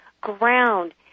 Ground